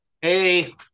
Hey